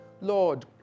Lord